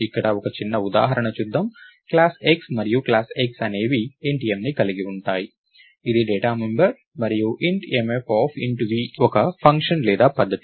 ఇక్కడ ఒక చిన్న ఉదాహరణ చూద్దాం క్లాస్ X మరియు క్లాస్ X అనేవి int mని కలిగి ఉంటాయి ఇది డేటా మెంబర్ మరియు int mf ఒక ఫంక్షన్ లేదా పద్ధతి